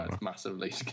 massively